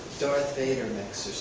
darth vader mix